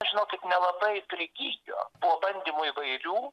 žinokit nelabai prigijo buvo bandymų įvairių